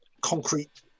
concrete